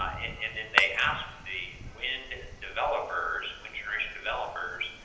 and then they asked the wind developers, wind generation developers,